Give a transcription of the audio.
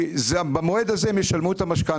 כי במועד הזה הם ישלמו את המשכנתא,